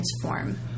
transform